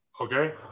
okay